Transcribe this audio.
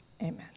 amen